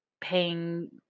paying